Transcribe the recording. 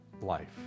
life